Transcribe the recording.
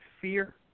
fear